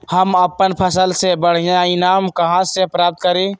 हम अपन फसल से बढ़िया ईनाम कहाँ से प्राप्त करी?